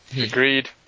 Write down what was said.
Agreed